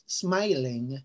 smiling